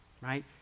right